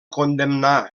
condemnar